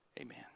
Amen